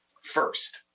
first